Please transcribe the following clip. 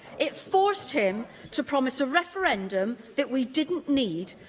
it forced him to promise a referendum that we didn't need,